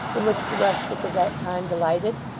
in which the rustic of that time delighted.